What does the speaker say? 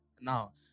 Now